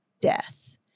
death